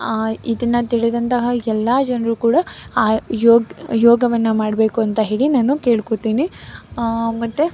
ಇದನ್ನು ತಿಳಿದಂತಹ ಎಲ್ಲ ಜನ್ರೂ ಕೂಡ ಆ ಯೋಗ ಯೋಗವನ್ನು ಮಾಡಬೇಕು ಅಂತ ಹೇಳಿ ನಾನು ಕೇಳ್ಕೊಳ್ತೀನಿ ಮತ್ತು